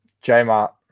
J-Mart